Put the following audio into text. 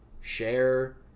share